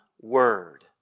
word